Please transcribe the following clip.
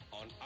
on